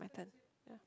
my turn yeah